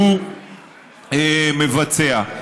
שהוא מבצע.